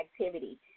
activity